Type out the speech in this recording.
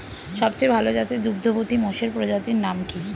সবচেয়ে ভাল জাতের দুগ্ধবতী মোষের প্রজাতির নাম কি?